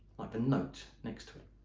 the note next to it.